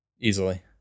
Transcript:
Easily